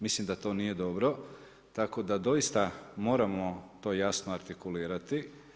Mislim da to nije dobro, tako da doista moramo to jasno artikulirati.